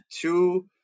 Two